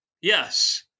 Yes